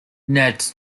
nets